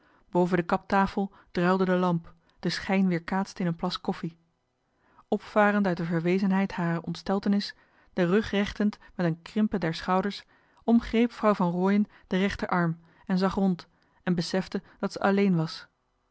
de klaptafel druilde de lamp de schijn weerkaatste in een plas koffie opvarend uit de verwezenheid harer ontsteltenis den rug rechtend met een krimpen der schouders omgreep vrouw van rooien den rechterarm en zag rond en besefte dat zij alleen was